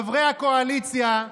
חברי הקואליציה,